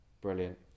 brilliant